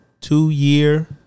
two-year